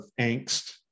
angst